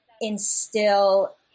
instill